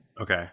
Okay